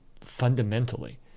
fundamentally